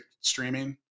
streaming